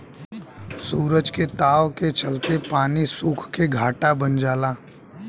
सूरज के ताव के चलते पानी सुख के घाटा बन जाला